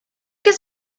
his